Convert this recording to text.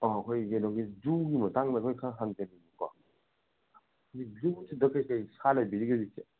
ꯑꯣ ꯑꯩꯈꯣꯏꯒꯤ ꯀꯩꯅꯣꯒꯤ ꯖꯨꯒꯤ ꯃꯇꯥꯡꯗ ꯑꯩꯈꯣꯏ ꯈꯔ ꯍꯪꯖꯅꯤꯡꯕꯀꯣ ꯖꯨꯁꯤꯗ ꯀꯩꯀꯩ ꯁꯥ ꯂꯩꯕꯤꯔꯤꯒꯦ ꯍꯧꯖꯤꯛꯁꯦ